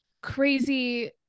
crazy